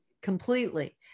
completely